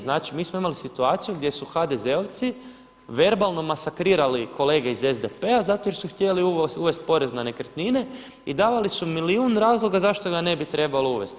Znači mi smo imali situaciju gdje su HDZ-ovci verbalno masakrirali kolege iz SDP-a zato jer su htjeli uvesti porez na nekretnine i davali su milijun razloga zašto ga ne bi trebalo uvesti.